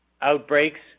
outbreaks